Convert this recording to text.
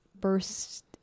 burst